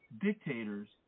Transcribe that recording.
dictators